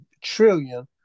trillion